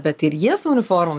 bet ir jie su uniforma